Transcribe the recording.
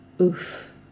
oof